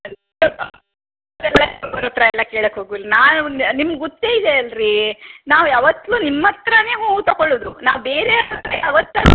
ಅವ್ರ ಹತ್ರ ಎಲ್ಲ ಕೇಳಕ್ಕೆ ಹೋಗೋಲ್ಲ ನಾವು ನಿಮ್ಗೆ ಗೊತ್ತೇ ಇದೆ ಅಲ್ಲ ರೀ ನಾವು ಯಾವತ್ತೂ ನಿಮ್ಮ ಹತ್ರನೇ ಹೂ ತಗೊಳೋದು ನಾವು ಬೇರೆಯವ್ರ ಹತ್ತಿರ ಯಾವತ್ತೂ